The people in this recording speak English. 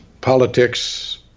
politics